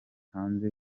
hanze